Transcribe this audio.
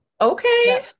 okay